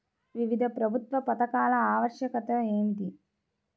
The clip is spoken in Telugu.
వివిధ ప్రభుత్వా పథకాల ఆవశ్యకత ఏమిటి?